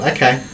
Okay